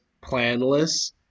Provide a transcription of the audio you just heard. planless